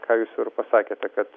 ką jūs jau ir pasakėte kad